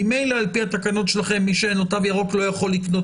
ממילא על פי התקנות שלכם מי שאין לו תו ירוק לא יכול לקנות